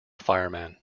fireman